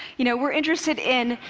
you know, we're interested in,